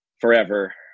forever